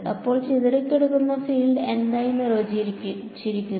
അപ്പോൾ ചിതറിക്കിടക്കുന്ന ഫീൽഡ് എന്തായി നിർവചിച്ചിരിക്കുന്നു